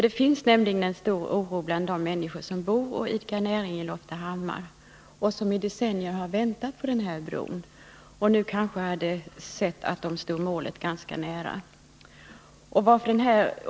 Det finns nämligen en stor oro bland de människor som bor och idkar näring i Loftahammar och som i decennier har väntat på bron och nu trott att målet är ganska nära.